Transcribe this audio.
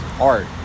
art